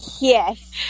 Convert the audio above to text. Yes